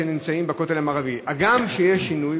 הגם שיש שינוי,